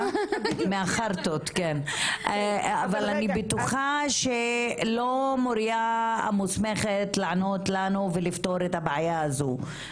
אבל בטוחה שלא מוריה המוסמכת לענות לנו ולפתור את הבעיה הזו.